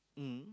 mm